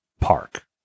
park